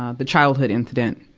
ah the childhood incident,